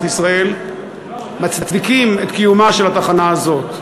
ישראל מצדיקה את קיומה של התחנה הזאת.